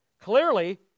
Clearly